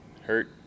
hurt